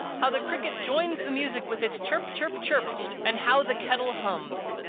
how the cricket joins the music with its chirp, chirp, chirp and how the kettle hums!